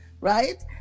right